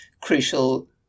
crucial